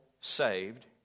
saved